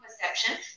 perception